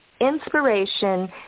inspiration